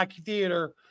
theater